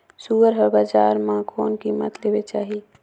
सुअर हर बजार मां कोन कीमत ले बेचाही?